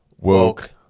Woke